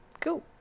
Cool